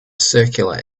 circular